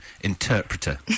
interpreter